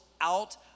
out